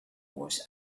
was